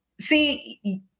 see